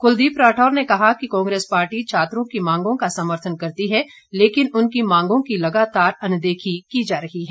क्लदीप राठौर ने कहा कि कांग्रेस पार्टी छात्रों की मांगों का समर्थन करती है लेकिन उनकी मांगों की लगातार अनदेखी की जा रही है